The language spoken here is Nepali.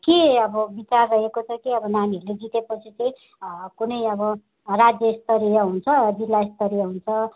के अब विचार रहेको छ के अब नानीहरूले जितेपछि चाहिँ कुनै अब कुनै राज्यस्तरीय हुन्छ जिल्लास्तरीय हुन्छ